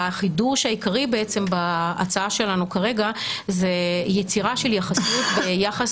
החידוש העיקרי בעצם בהצעה שלנו כרגע זה יצירה של יחסיות ביחס